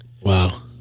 Wow